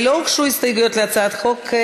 לא הוגשו הסתייגויות להצעת החוק,